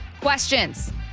questions